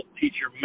teacher